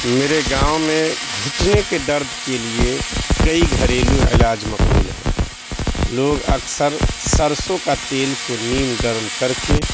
میرے گاؤں میں گھٹنے کے درد کے لیے کئی گھریلو علاج مقبول ہیں لوگ اکثر سرسوں کا تیل کو نیم گرم کر کے